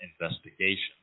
investigation